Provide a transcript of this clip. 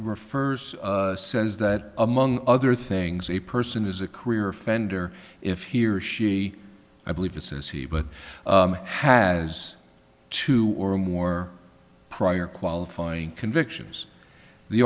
refers says that among other things a person is a career offender if he or she i believe it says he but has two or more prior qualifying convictions the